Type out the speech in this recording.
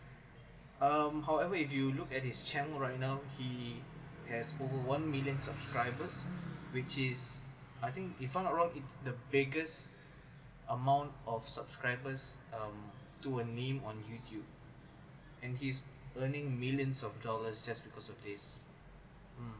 um however if you look at his channel right now he has over one million subscribers which is I think if I'm not wrong it's the biggest amount of subscribers um to a name on youtube and he's earning millions of dollars just because of this mm